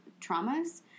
traumas